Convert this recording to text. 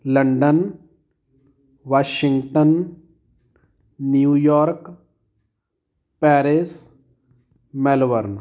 London Washington New York Paris Melbourne